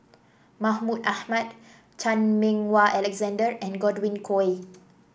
Mahmud Ahmad Chan Meng Wah Alexander and Godwin Koay